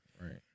Right